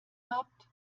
habt